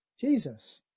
Jesus